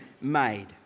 made